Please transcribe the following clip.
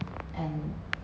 and